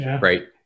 right